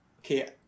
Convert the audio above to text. okay